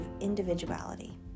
individuality